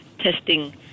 testing